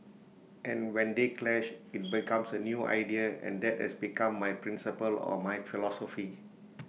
and when they clash IT becomes A new idea and that has become my principle or my philosophy